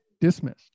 dismissed